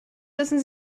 müssen